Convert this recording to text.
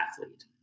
athlete